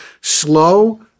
Slow